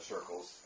circles